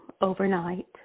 overnight